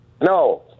No